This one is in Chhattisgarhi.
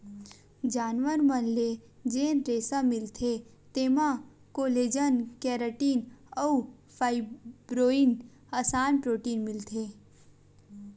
जानवर मन ले जेन रेसा मिलथे तेमा कोलेजन, केराटिन अउ फाइब्रोइन असन प्रोटीन मिलथे